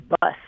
bus